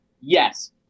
Yes